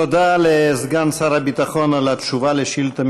תודה לסגן שר הביטחון על התשובה על שאילתה